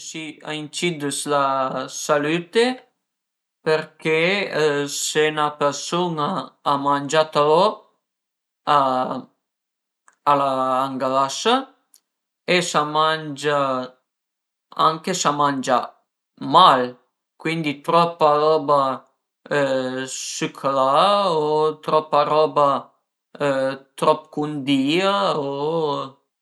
Ël cibo a incid s'la salütte përché se 'na persun-a a mangia trop a ëngrasa e s'a mangia anche s'a mangia mal, cuindi tropa roba sücrà o tropa roba trop cundìa o